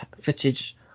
footage